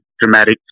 dramatic